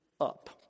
up